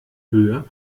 höhe